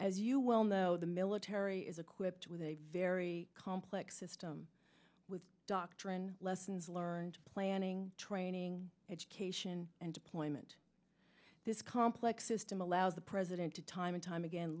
as you well know the military is equipped with a very complex system with doctrine lessons learned planning training education and deployment this complex system allows the president to time and time again